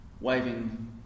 waving